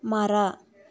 ಮರ